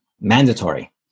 mandatory